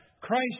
Christ